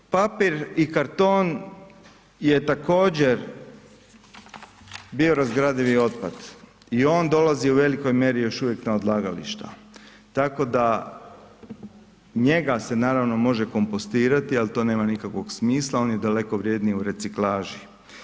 Papir i karton je također biorazgradivi otpad i on dolazio u velikoj mjeri još uvijek na odlagališta tako da njega se naravno može kompostirati ali to nema nikakvog smisla, on je daleko vrjedniji u reciklaži.